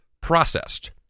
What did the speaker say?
processed